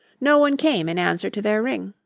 no one came in answer to their ring.